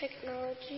technology